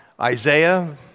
Isaiah